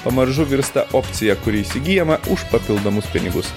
pamažu virsta opcija kuri įsigyjama už papildomus pinigus